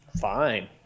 fine